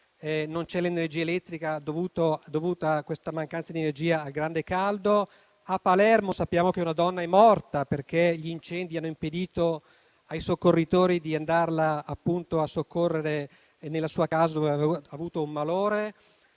non c'è l'energia elettrica a causa del grande caldo; a Palermo sappiamo che una donna è morta perché gli incendi hanno impedito ai soccorritori di andare a soccorrerla a casa sua, dove aveva avuto un malore;